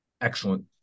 excellent